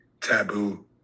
taboo